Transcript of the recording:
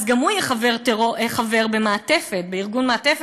אז גם הוא יהיה חבר בארגון מעטפת,